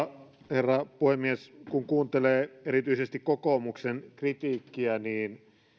herra puhemies kun kuuntelee erityisesti kokoomuksen kritiikkiä niin